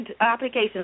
applications